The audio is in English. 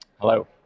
hello